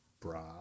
bra